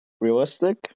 Realistic